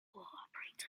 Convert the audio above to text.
operates